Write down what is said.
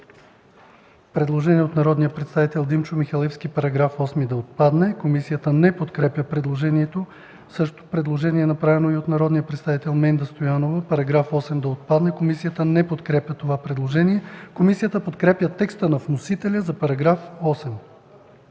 предложение от народния представител Димчо Михалевски: „Параграф 8 да отпадне.” Комисията не подкрепя предложението. Същото предложение е направено и от народния представител Менда Стоянова: „Параграф 8 да отпадне.” Комисията не подкрепя предложението. Комисията подкрепя текста на вносителя за § 8.